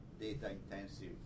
data-intensive